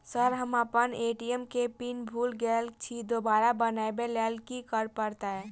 Sir हम अप्पन ATM केँ पिन भूल गेल छी दोबारा बनाबै लेल की करऽ परतै?